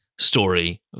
Story